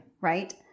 Right